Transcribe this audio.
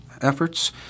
efforts